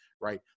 right